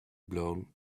blown